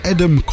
Adam